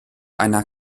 einer